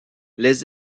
les